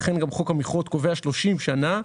לכן גם חוק המכרות קובע 30 שנה.